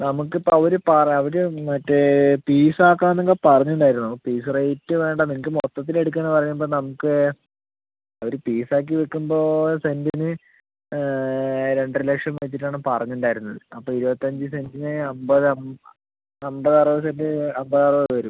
നമ്മക്ക് ഇപ്പം അവര് പറ അവര് മറ്റെ പീസ് ആക്കാന്ന് ഒക്ക പറഞ്ഞ് ഉണ്ടായിരുന്നു പീസ് റേറ്റ് വേണ്ട നിങ്ങൾക്ക് മൊത്തത്തില് എടുക്കുകാന്ന് പറയുമ്പം നമ്മക്ക് ഒര് പീസ് ആക്കി വിൽക്കുമ്പോൾ സെൻറ്റിന് രണ്ടര ലക്ഷം വെച്ചിറ്റ് ആണ് പറഞ്ഞ് ഉണ്ടായിരുന്നത് അപ്പം ഇരുപത്തഞ്ച് സെൻറ്റിന് അമ്പത് അമ്പത് അറുപത് സെൻറ്റ് അമ്പത് അറുപത് വരും